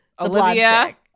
olivia